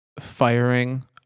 firing